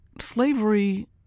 slavery